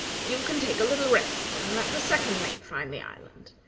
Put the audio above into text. you can take a little rest, and let the second mate find the island.